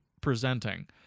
presenting